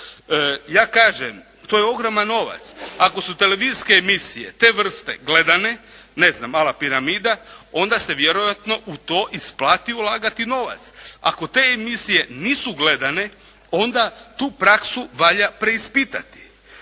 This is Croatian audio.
Ja kažem, to je ogroman novac. Ako su televizijske emisije te vrste gledane, ne znam ala "Piramida" onda se vjerojatno u to isplati ulagati novac. Ako te emisije nisu gledane, onda tu praksu valja preispitati.